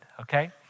okay